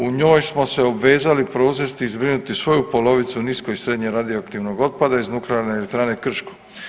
U njoj smo se obvezali preuzeti i zbrinuti svoju polovicu nisko i srednje radioaktivnog otpada iz Nuklearne elektrane Krško.